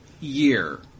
year